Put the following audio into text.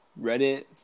Reddit